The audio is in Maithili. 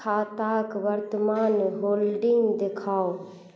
खाताके वर्तमान होल्डिन्ग देखाउ